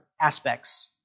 aspects